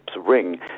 ring